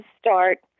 start